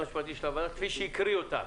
המשפטי של הוועדה, כפי שהקריא אותה,